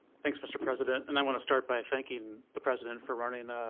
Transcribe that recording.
thanks, mr. president. and i want to start by thanking the president for running